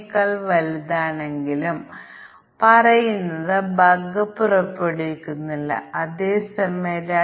ഇപ്പോൾ നമുക്ക് രണ്ട് വേരിയബിളുകൾ ഉണ്ടെന്ന് പറയാം ഒന്ന് വിദ്യാഭ്യാസത്തിന്റെയും പ്രായത്തിന്റെയും വർഷങ്ങളാണ്